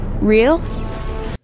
real